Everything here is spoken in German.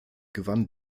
gewann